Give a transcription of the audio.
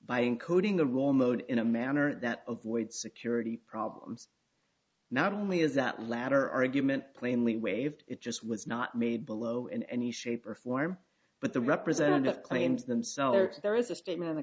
by including the rule mode in a manner that avoids security problems not only is that latter argument plainly waived it just was not made below in any shape or form but the representative claims themselves there is a statement